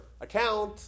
account